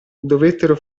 dovettero